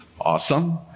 Awesome